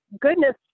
goodness